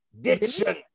Diction